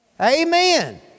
Amen